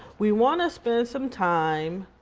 we wanna spend some time